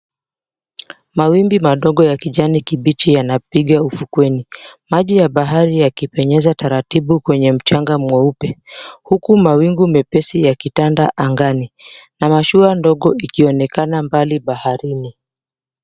Mawimbi madogo yakijani kibichi yanapiga ufukweni, maji ya bahari yakipenyeza taratibu kwenye mchanga mweupe huku mawingu mepesi yakitanda angani na mashua ndogo ikionekana mbali baharini.